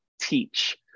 teach